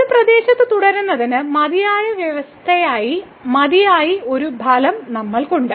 ഒരു പ്രദേശത്ത് തുടരുന്നതിന് മതിയായ വ്യവസ്ഥയായ മതിയായ ഒരു ഫലം നമ്മൾക്ക് ഉണ്ട്